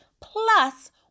plus